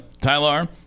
Tyler